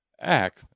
act